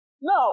no